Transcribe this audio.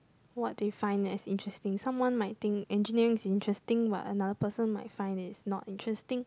what define as interesting someone might think engineering is interesting while another person might find it's not interesting